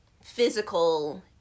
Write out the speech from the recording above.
physical